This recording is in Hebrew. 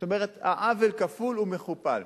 זאת אומרת, העוול כפול ומכופל.